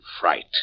Fright